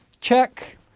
check